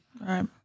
Right